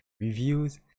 reviews